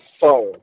phone